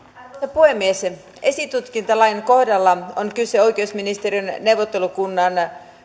puhemies esitutkintalain kohdalla on kyse oikeusministeriön neuvottelukunnan